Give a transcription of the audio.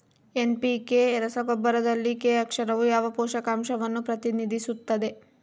NPK ರಸಗೊಬ್ಬರದಲ್ಲಿ K ಅಕ್ಷರವು ಯಾವ ಪೋಷಕಾಂಶವನ್ನು ಪ್ರತಿನಿಧಿಸುತ್ತದೆ?